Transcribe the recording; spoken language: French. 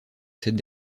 cette